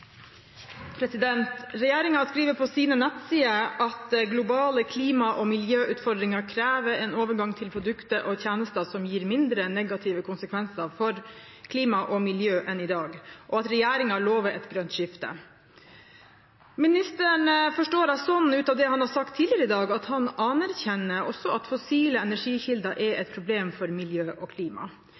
skriver på sine nettsider at globale klima- og miljøutfordringer krever «en overgang til produkter og tjenester som gir betydelig mindre negative konsekvenser for klima og miljø enn i dag», og at regjeringen lover et grønt skifte. Ut ifra det ministeren har sagt tidligere i dag, forstår jeg ham dit hen at han også anerkjenner at fossile energikilder er et problem for miljø og klima.